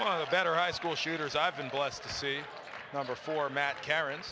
one of the better high school shooters i've been blessed to see number format karen